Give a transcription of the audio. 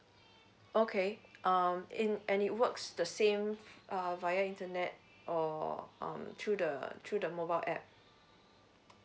okay um and it works the same uh via internet or um through the through the mobile app